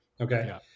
Okay